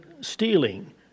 stealing